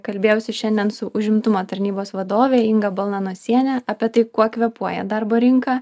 kalbėjausi šiandien su užimtumo tarnybos vadovė inga balnanosiene apie tai kuo kvėpuoja darbo rinka